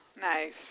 Nice